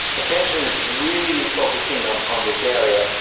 attention is really focused in on on this area,